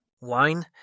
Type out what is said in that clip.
Wine